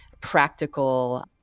practical